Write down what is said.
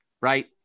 Right